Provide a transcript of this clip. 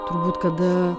turbūt kada